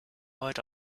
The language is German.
heute